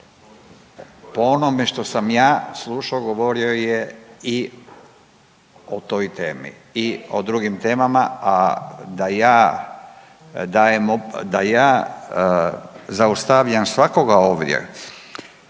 Po onome što sam govorio i o drugim temama, a da ja zaustavljam svakoga ovdje